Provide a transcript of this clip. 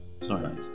Sorry